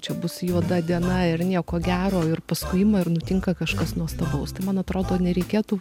čia bus juoda diena ir nieko gero ir paskui ima ir nutinka kažkas nuostabaus tai man atrodo nereikėtų